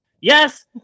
Yes